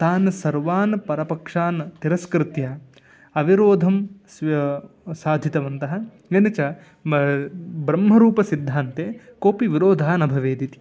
तान् सर्वान् परपक्षान् तिरस्कृत्य अविरोधं स्व्या साधितवन्तः येन च ब्रह्मरूपसिद्धान्ते कोपि विरोधः न भवेदिति